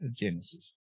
Genesis